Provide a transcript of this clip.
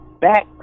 back